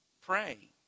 pray